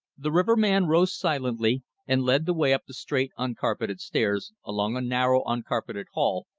the riverman rose silently and led the way up the straight, uncarpeted stairs, along a narrow, uncarpeted hall,